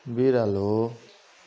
बिरालो